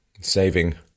saving